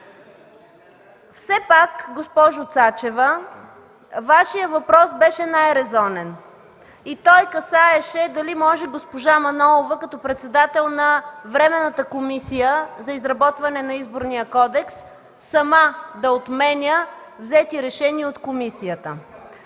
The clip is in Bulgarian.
това. Госпожо Цачева, все пак Вашият въпрос беше най-резонен и той касаеше дали госпожа Манолова като председател на Временната комисия за изработване на Изборния кодекс може сама да отменя взети решения от комисията.